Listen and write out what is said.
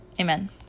Amen